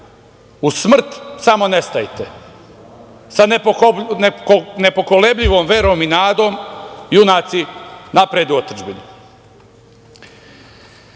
„U smrt, samo ne stajte. Sa nepokolebljivom verom i nadom, junaci, napred u otadžbinu“.Ja